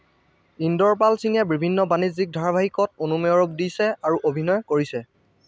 ইন্দৰপাল সিঙে বিভিন্ন বাণিজ্যিক ধাৰাবাহিকত অনুমেয় ৰূপ দিছে আৰু অভিনয় কৰিছে